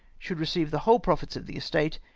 should receive the whole profits of the estate,